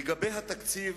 לגבי התקציב,